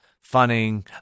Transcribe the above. funny